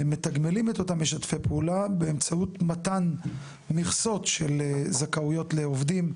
מתגמלים את אותם משתפי פעולה באמצעות מתן מכסות של זכאויות לעובדים,